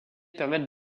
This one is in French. permettent